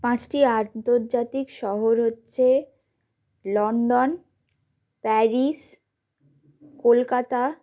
পাঁচটি আন্তর্জাতিক শহর হচ্ছে লন্ডন প্যারিস কলকাতা